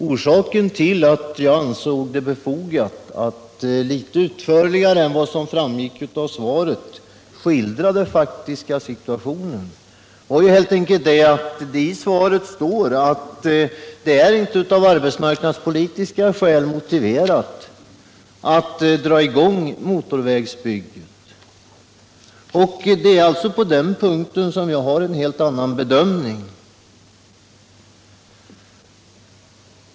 Orsaken till att jag ansåg det befogat att skildra den faktiska situationen litet utförligare än vad som framgick av svaret var helt enkelt att det i svaret står att det av arbetsmarknadspolitiska skäl inte är motiverat att påbörja motorvägsbygget. På den punkten gör jag nämligen en helt annan bedömning.